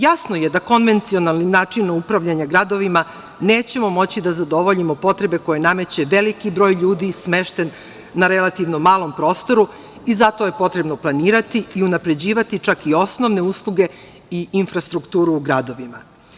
Jasno je da konvencijalni način upravljanja gradovima nećemo moći da zadovoljimo potrebe koje nameće veliki broj ljudi smešten na relativno malom prostoru i zato je potrebno planirati i unapređivati čak i osnovne usluge i infrastrukturu u gradovima.